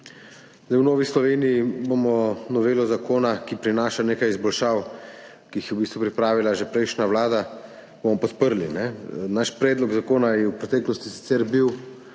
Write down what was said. V Novi Sloveniji bomo novelo zakona, ki prinaša nekaj izboljšav, ki jih je v bistvu pripravila že prejšnja vlada, podprli. Naš predlog zakona je bil v preteklosti sicer